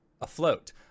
afloat